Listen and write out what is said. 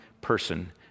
person